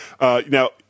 now